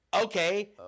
Okay